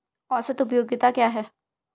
औसत उपयोगिता क्या है?